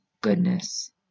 goodness